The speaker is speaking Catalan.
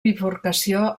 bifurcació